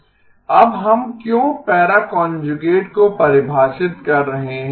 अब हम क्यों पैरा कांजुगेट को परिभाषित कर रहे हैं